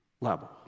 level